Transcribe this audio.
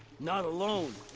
not alone!